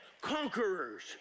conquerors